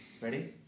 Ready